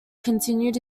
continued